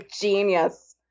genius